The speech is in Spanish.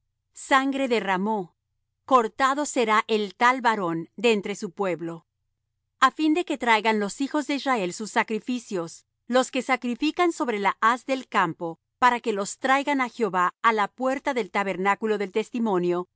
sangre derramó cortado será el tal varón de entre su pueblo a fin de que traigan los hijos de israel sus sacrificios los que sacrifican sobre la haz del campo para que los traigan á jehová á la puerta del tabernáculo del testimonio